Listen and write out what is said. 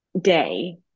day